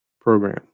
program